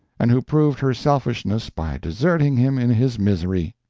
and who proved her selfishness by deserting him in his misery.